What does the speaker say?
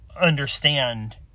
understand